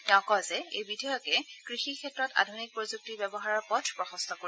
তেওঁ কয় যে এই বিধেয়কে কৃষি ক্ষেত্ৰত আধুনিক প্ৰযুক্তিৰ ব্যৱহাৰৰ পথ প্ৰশস্ত কৰিব